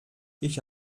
ich